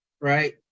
right